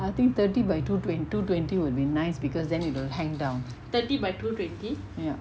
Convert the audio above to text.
I think thirty by two twenty two twenty will be nice because then it will hang down ya